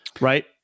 Right